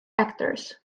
actors